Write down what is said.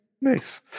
Nice